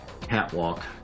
Catwalk